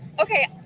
Okay